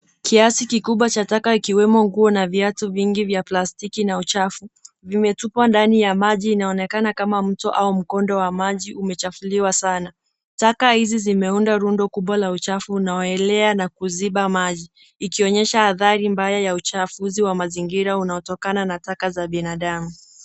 Kiasi kikubwa cha taka ikiwemo nguo na viatu vingi vya plastiki na uchafu vimetupwa ndani ya maji. Inaonekana kama mto au mkondo wa maji umechafuliwa sana. Taka izi zimeunda rundo kubwa la uchafu linaloelea na kuziba maji. Ikionyesha athari mbaya ya uchafuzi wa mazingira unaotokana na taka za binadamu.